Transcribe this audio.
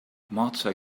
marta